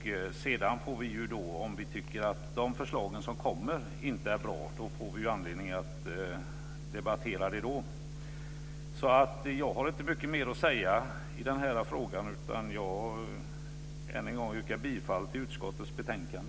Om vi sedan tycker att de förslag som kommer inte är bra får vi anledning att debattera detta då. Jag har inte mer att säga i denna fråga än att än en gång yrka bifall till hemställan i utskottets betänkande.